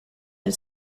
del